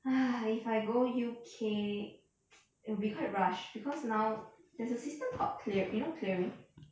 哎 if I go U_K it'll be quite rushed because now there's a system called clear you know clearing